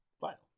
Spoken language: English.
final